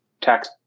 tax